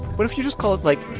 what if you just call it, like,